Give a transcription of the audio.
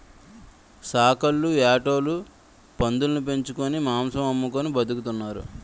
సాకల్లు యాటోలు పందులుని పెంచుకొని మాంసం అమ్ముకొని బతుకుతున్నారు